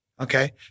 Okay